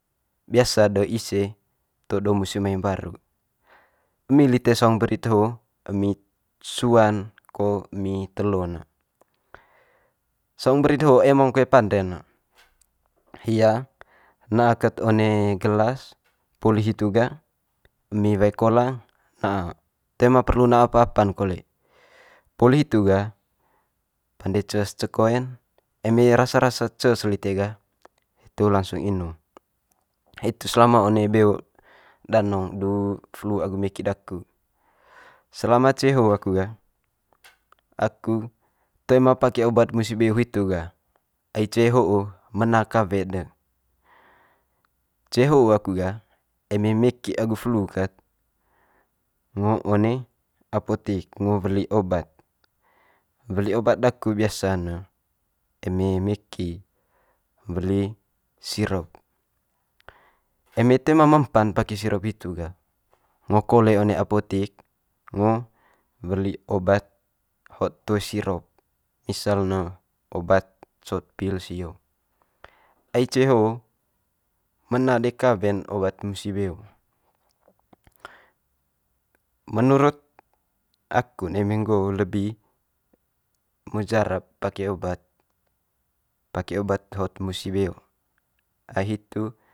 Biasa'd de ise todo musi mai mbaru. Emi lite saung berit ho emi sua'n ko emi telu'n ne. Saung berit ho emong koe pande'n ne hia na ket one gelas poli hitu ga emi wae kolang na, toe ma perlu na apa apa'n kole. Poli hitu ga pande ces cekoen, eme rasa rasa ces lite ga hitu langsung inung. Hitu selama one beo danong du flu agu meki daku. Selama ce ho aku ga aku toe ma pake obat musi beo hitu ga, ai ce ho mena kawe'd de. Ce ho aku ga eme meki agu flu ket ngo one apotik ngo weli obat, weli obat daku biasa'n ne eme meki weli sirop. Eme toe ma mempan pake sirop hitu ga ngo kole one apotik ngo weli obat hot toe sirop, misal ne obat sot pil sio ai ce ho mena de kawe'n obat musi beo menurut aku'n eme nggo lebi mujarab pake obat pake obat hot musi beo, ai hitu.